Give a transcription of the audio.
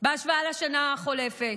בהשוואה לשנה החולפת.